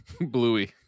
bluey